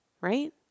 right